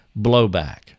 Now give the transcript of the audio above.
blowback